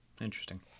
Interesting